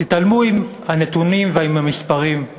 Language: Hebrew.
תתמודדו עם הנתונים ועם המספרים,